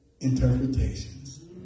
interpretations